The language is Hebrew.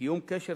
קיום קשר